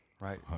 Right